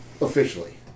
officially